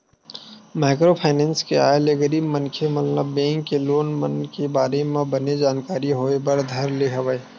micro finance के आय ले गरीब मनखे मन ल बेंक के लोन मन के बारे म बने जानकारी होय बर धर ले हवय